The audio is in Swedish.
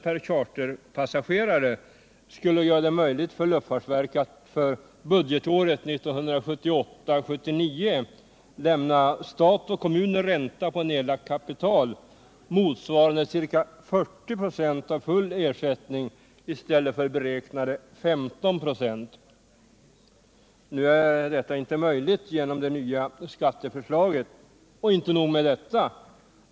per charterpassagerare skulle göra det möjligt för luftfartsverket att för budgetåret 1978/79 lämna stat och kommuner ränta på nedlagt kapital motsvarande ca 40 96 av full ersättning i stället för beräknade 15 96. Nu är detta inte möjligt genom det nya skatteförslaget — och inte nog med detta.